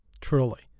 Truly